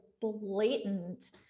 blatant